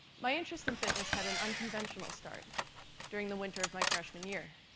my interest in fitness had an unconventional start during the winter of my freshman year.